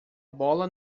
bola